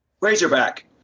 Razorback